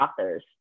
authors